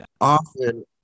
often